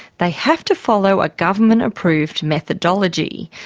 they have to follow a government-approved methodology.